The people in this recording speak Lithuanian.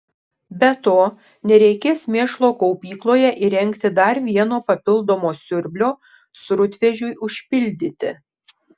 be to nereikės mėšlo kaupykloje įrengti dar vieno papildomo siurblio srutvežiui užpildyti